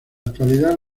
actualidad